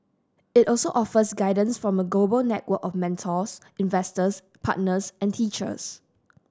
it also offers guidance from a global network of mentors investors partners and teachers